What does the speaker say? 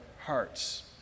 hearts